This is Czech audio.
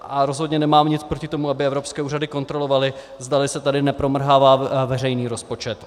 A rozhodně nemám nic proti tomu, aby evropské úřady kontrolovaly, zdali se tady nepromrhává veřejný rozpočet.